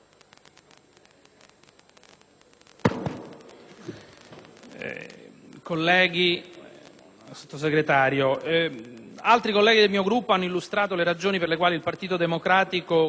colleghi, signor Sottosegretario, altri colleghi del mio Gruppo hanno illustrato le ragioni per le quali il Partito Democratico considera questo decreto